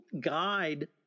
guide